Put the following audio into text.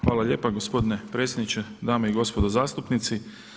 Hvala lijepa gospodine predsjedniče, dame i gospodo zastupnici.